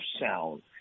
sound